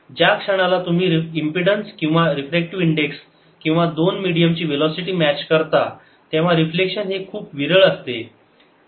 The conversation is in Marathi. ज्या क्षणाला तुम्ही इम्पेडन्स किंवा रिफ्रॅक्टिव इंडेक्स किंवा दोन मीडियमची वेलोसिटी मॅच करता तेव्हा रिफ्लेक्शन हे खूप विरळ असते